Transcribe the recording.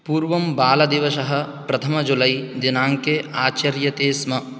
पूर्वं बालदिवसः प्रथम जुलै दिनाङ्के आचर्यते स्म